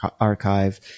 Archive